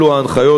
אלו ההנחיות.